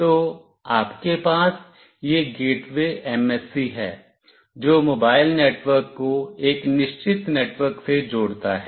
तो आपके पास यह गेटवे एमएससी है जो मोबाइल नेटवर्क को एक निश्चित नेटवर्क से जोड़ता है